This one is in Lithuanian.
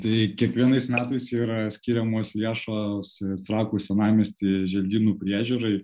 tai kiekvienais metais yra skiriamos lėšos į trakų senamiestį želdynų priežiūrai